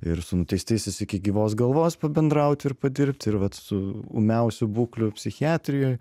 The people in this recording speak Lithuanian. ir su nuteistaisiais iki gyvos galvos pabendrauti ir padirbti ir vat su ūmiausių būklių psichiatrijoj